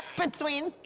between